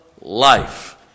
life